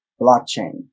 Blockchain